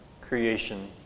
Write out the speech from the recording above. creation